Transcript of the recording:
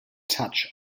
touch